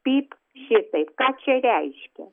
pyp šitaip ką čia reiškia